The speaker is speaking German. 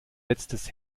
letztes